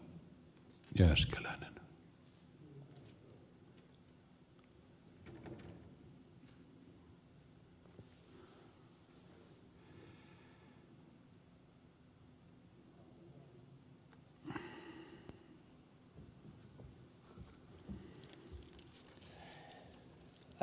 arvoisa puhemies